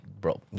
bro